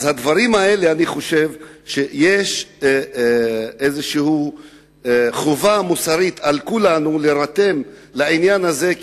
אני חושב שבדברים האלה יש איזו חובה מוסרית על כולנו להירתם לעניין הזה,